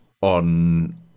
On